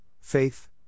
faith